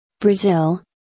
Brazil